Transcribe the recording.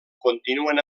continuen